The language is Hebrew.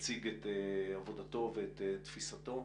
יציג את עבודתו ואת תפיסתו.